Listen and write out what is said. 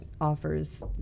offers